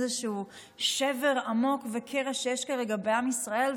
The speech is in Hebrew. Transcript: איזשהו שבר עמוק וקרע שיש כרגע בעם ישראל.